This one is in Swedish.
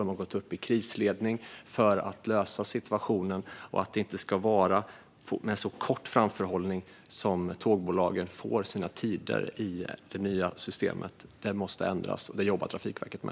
De har gått upp i krisläge för att lösa situationen så att tågbolagen inte ska få sina tider i det nya systemet med så kort framförhållning. Detta måste ändras, och det jobbar Trafikverket med.